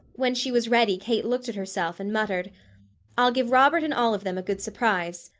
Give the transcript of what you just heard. when she was ready kate looked at herself and muttered i'll give robert and all of them a good surprise.